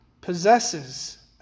possesses